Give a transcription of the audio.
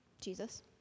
Jesus